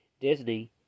Disney